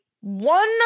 one